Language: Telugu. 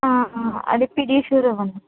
అదీ పేడిస్యూర్ ఇవ్వండి